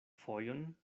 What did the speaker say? fojon